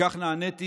וכך נענינו,